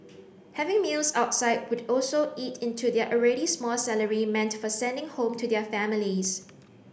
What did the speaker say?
having meals outside would also eat into their already small salary meant for sending home to their families